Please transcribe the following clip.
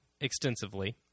extensively